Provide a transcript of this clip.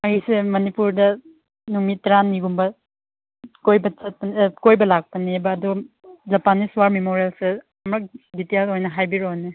ꯑꯩꯁꯦ ꯃꯅꯤꯄꯨꯔꯗ ꯅꯨꯃꯤꯠ ꯇꯔꯥꯅꯤꯒꯨꯝꯕ ꯀꯣꯏꯕ ꯀꯣꯏꯕ ꯂꯥꯛꯄꯅꯦꯕ ꯑꯗꯨ ꯖꯄꯥꯟꯅꯤꯁ ꯋꯥꯔ ꯃꯦꯃꯣꯔꯦꯜꯁꯨ ꯑꯃꯨꯔꯛ ꯗꯤꯇꯦꯜꯁ ꯑꯣꯏꯅ ꯍꯥꯏꯕꯤꯔꯛꯑꯣꯅꯦ